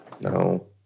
No